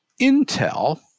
Intel